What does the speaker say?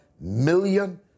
million